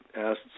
asked